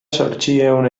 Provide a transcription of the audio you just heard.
zortziehun